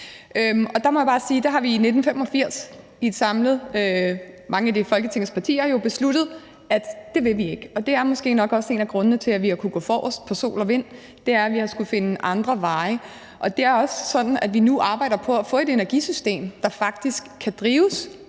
i 1985 samlet, mange af Folketingets partier, har besluttet, at det vil vi ikke, og det er måske nok også en af grundene til, at vi har kunnet gå forrest på sol og vind. Det er, fordi vi har skullet finde andre veje. Og det er også sådan, at vi nu arbejder på at få et energisystem, der faktisk kan drives